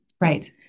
Right